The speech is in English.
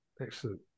excellent